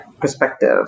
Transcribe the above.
perspective